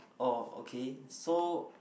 oh okay so